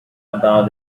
about